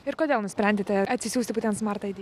ir kodėl nusprendėte atsisiųsti būtent smart id